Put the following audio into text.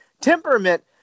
temperament